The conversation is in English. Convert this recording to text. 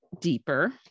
deeper